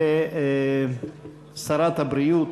ושרת הבריאות,